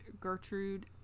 Gertrude